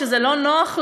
כשזה לא נוח לו,